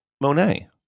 Monet